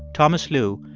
thomas lu,